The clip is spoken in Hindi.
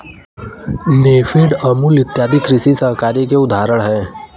नेफेड, अमूल इत्यादि कृषि सहकारिता के उदाहरण हैं